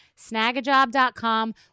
Snagajob.com